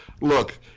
look